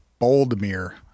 Boldmere